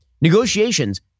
Negotiations